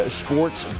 sports